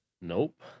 Nope